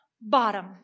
bottom